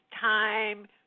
time